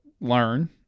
learn